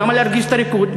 למה להרגיז את הליכוד?